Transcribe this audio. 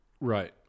right